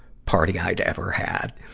party i'd ever had.